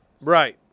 Right